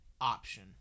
option